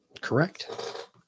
Correct